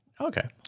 Okay